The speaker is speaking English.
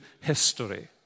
history